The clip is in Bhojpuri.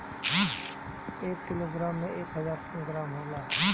एक किलोग्राम में एक हजार ग्राम होला